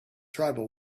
tribal